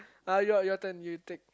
ah your your turn you take